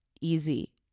easy